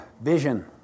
vision